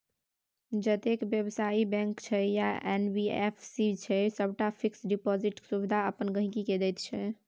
जतेक बेबसायी बैंक छै या एन.बी.एफ.सी छै सबटा फिक्स डिपोजिटक सुविधा अपन गांहिकी केँ दैत छै